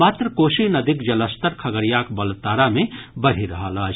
मात्र कोसी नदीक जलस्तर खगड़ियाक बलतारा मे बढ़ि रहल अछि